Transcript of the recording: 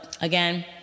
again